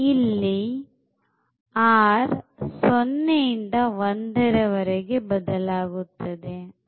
ಇಲ್ಲಿ r 0 ಇಂದ 1 ರ ವರೆಗೆ ಬದಲಾಗುತ್ತದೆ